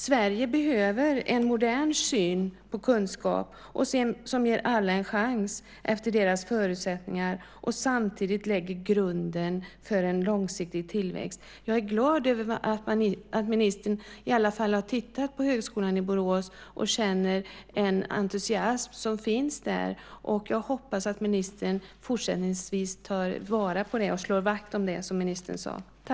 Sverige behöver en modern syn på kunskap som ger alla en chans efter deras förutsättningar och som samtidigt lägger grunden för en långsiktig tillväxt. Jag är glad att ministern i alla fall har tittat på Högskolan i Borås och känner den entusiasm som finns där. Jag hoppas att ministern fortsättningsvis tar vara på det och slår vakt om det, som ministern sade.